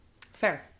Fair